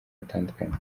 butandukanye